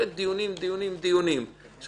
בוודאי